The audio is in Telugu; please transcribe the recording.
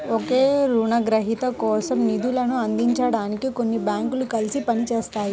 ఒకే రుణగ్రహీత కోసం నిధులను అందించడానికి కొన్ని బ్యాంకులు కలిసి పని చేస్తాయి